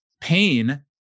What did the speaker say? Pain